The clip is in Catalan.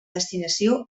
destinació